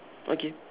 okay